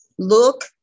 look